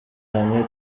hamwe